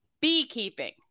beekeeping